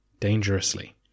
Dangerously